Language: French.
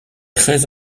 très